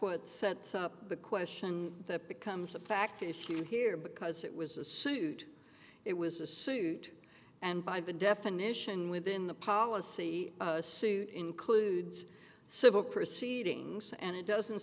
what sets up the question that becomes a fact if you hear because it was a suit it was a suit and by the definition within the policy a suit includes civil proceedings and it doesn't